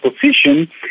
position